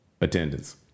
attendance